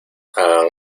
hagan